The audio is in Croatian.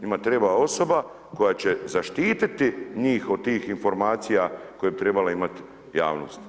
Njima treba osoba koja će zaštiti njih od tih informacije koje bi trebale imati javnost.